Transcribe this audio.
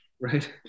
right